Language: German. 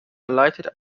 leitete